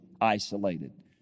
isolated